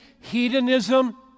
hedonism